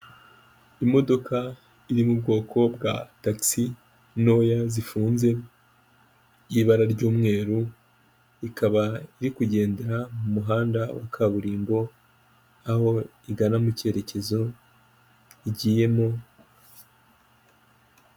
Imodoka iri mu bwoko bwa takisi ntoya, zifunze, y'ibara ry'umweru, ikaba iri kugendera mu muhanda wa kaburimbo, aho igana mu cyerekezo igiyemo.